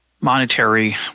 monetary